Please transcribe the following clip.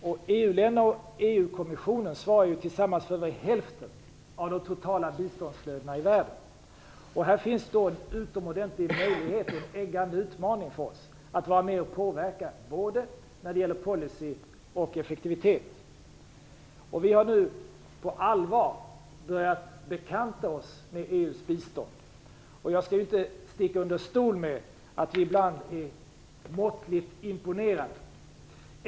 EU-länderna och EU-kommissionen svarar ju tillsammans för över hälften av de totala biståndsstöden i världen. Här finns det en utomordentlig möjlighet och en eggande utmaning för oss att vara med och påverka när det gäller både policy och effektivitet. Vi har nu på allvar börjat bekanta oss med EU:s bistånd. Jag skall inte sticka under stol med att vi ibland är måttligt imponerade.